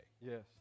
Yes